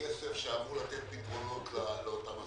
ככסף שאמור לתת פתרונות לאותם עסקים.